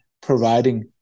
providing